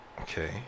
Okay